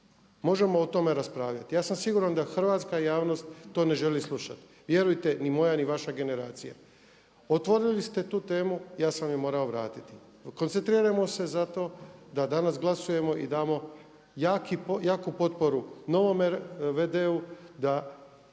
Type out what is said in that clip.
Možemo o tome raspravljati. Ja sam siguran da hrvatska javnost to ne želi slušati, vjerujte ni moja, ni vaša generacija. Otvorili ste tu temu, ja sam je morao vratiti. Koncentrirajmo se zato da danas glasujemo i damo jaku potporu novome v.d.-u da konačno